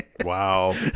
Wow